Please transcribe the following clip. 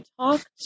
talk